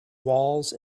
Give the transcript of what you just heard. walls